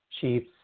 Chiefs